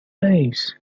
days